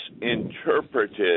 misinterpreted